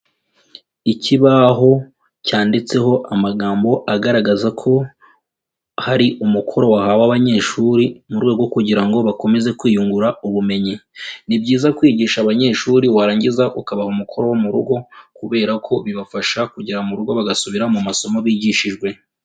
Ikibaho cyanditseho amagambo agaragaza ko hari umukoro wahawe abanyeshuri mu rwego kugira ngo bakomeze kwiyungura ubumenyi. Ni byiza kwigisha abanyeshuri warangiza ukabaha umukoro wo mu rugo kubera ko bibafasha kugera mu rugo bagasubira mu masomo bigishijwe.